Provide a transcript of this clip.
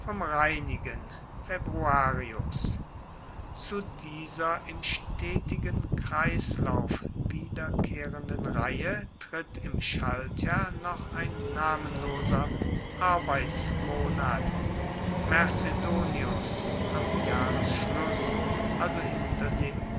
reinigen februarius zu dieser im stetigen kreislauf wiederkehrenden reihe tritt im schaltjahr noch ein namenloser arbeitsmonat mercedonius am jahresschluss also hinter dem